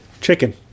chicken